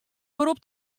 berop